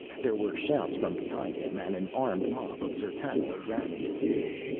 there were shouts from behind him and an armed mob of d'zertanoj ran into view.